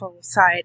side